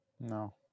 No